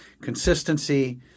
consistency